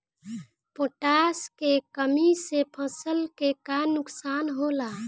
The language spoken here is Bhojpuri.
पोटाश के कमी से फसल के का नुकसान होला?